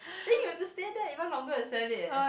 then you have to stay there even longer to sell it eh